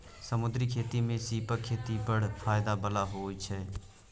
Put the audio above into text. समुद्री खेती मे सीपक खेती बड़ फाएदा बला होइ छै